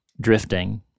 drifting